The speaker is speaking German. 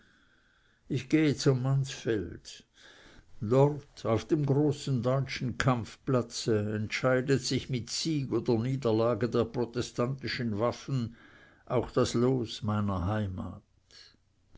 ich gehe zum mansfeld dort auf dem großen deutschen kampfplatze entscheidet sich mit sieg oder niederlage der protestantischen waffen auch das los meiner heimat